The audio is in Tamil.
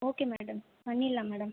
ஓகே மேடம் பண்ணிடலாம் மேடம்